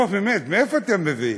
לא, באמת, מאיפה אתם מביאים?